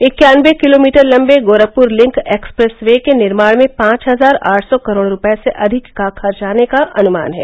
इक्यानबे किलोमीटर लंबे Gorakhpur link expressway के निर्माण में पांच हजार आठ सौ करोड़ रूपये से अधिक का खर्च आने का अनुमान है